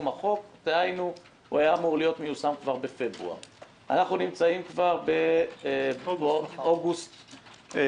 אנחנו נמצאים כבר באוגוסט 2019. עד היום קופת החולים